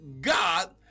God